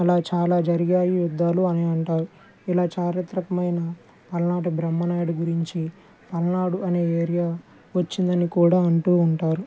అలా చాలా జరిగాయి యుద్ధాలు అని అంటారు ఇలా చారిత్రకమైన పల్నాడు బ్రహ్మనాయుడు గురించి పల్నాడు అనే ఏరియా వచ్చింది అని కూడా అంటూ ఉంటారు